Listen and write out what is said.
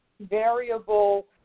variable